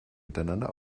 miteinander